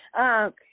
Okay